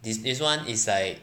this is one is like